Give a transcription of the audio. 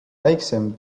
väiksem